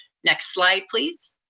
next slide please.